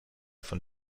von